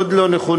מאוד לא נכונה,